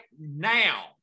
now